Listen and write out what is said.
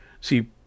See